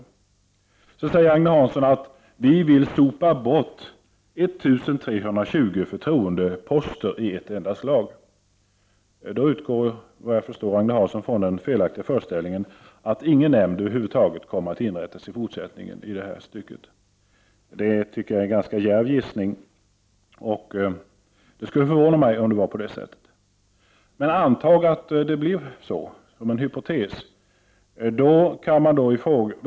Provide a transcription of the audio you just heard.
Agne Hansson säger att vi moderater vill sopa bort 1320 företroendeposter i ett enda svep. Då utgår Agne Hansson, såvitt jag förstår, från den felaktiga föreställningen att ingen nämnd över huvud taget kommer att inrättas i fortsättningen. Det tycker jag är en ganska djärv gissning. Det skulle förvåna mig om det förhåller sig på det sättet. Antag som en hypotes att det blir på det sättet. Men om länsstyrelserna — Prot.